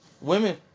Women